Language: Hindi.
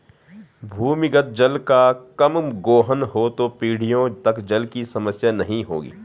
भूमिगत जल का कम गोहन हो तो पीढ़ियों तक जल की समस्या नहीं होगी